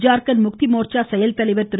ஜார்கண்ட் முக்தி மோர்சா செயல்தலைவர் திரு